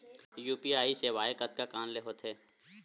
UPI सेवाएं कतका कान ले हो थे?